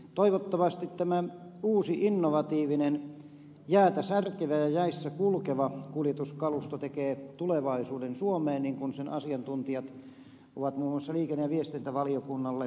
toivottavasti tämä uusi innovatiivinen jäätä särkevä ja jäissä kulkeva kuljetuskalusto tekee tulevaisuuden suomeen niin kuin asiantuntijat ovat muun muassa liikenne ja viestintävaliokunnalle asiasta kertoneet